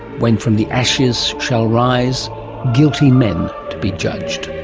when from the ashes shall rise guilty men to be judged.